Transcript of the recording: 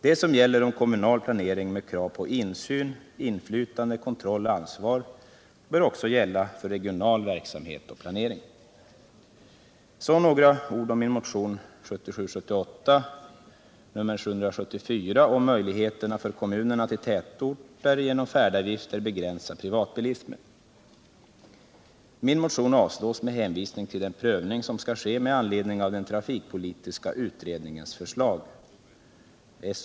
Det som gäller om kommunal planering med krav på insyn, inflytande, kontroll och ansvar bör också gälla för regional verksamhet och planering. Så några ord om min motion 1977/78:774 om möjligheter för kommunerna att i tätorter genom färdavgifter begränsa privatbilismen. Min motion avstyrks med hänvisning till den prövning som skall ske med anledning av den trafikpolitiska utredningens förslag .